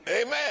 Amen